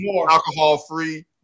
alcohol-free